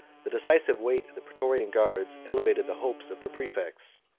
the decisive weight of the praetorian guards elevated the hopes of their praefects,